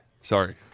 Sorry